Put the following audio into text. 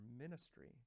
ministry